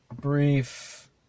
brief